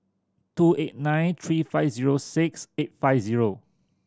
two eight nine three five zero six eight five zero